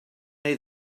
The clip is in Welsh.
neu